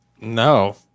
No